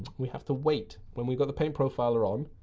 we have to wait. when we've got the paint profiler on,